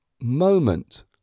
moment